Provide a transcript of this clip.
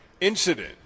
incident